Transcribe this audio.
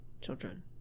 children